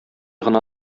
гына